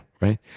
right